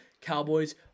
Cowboys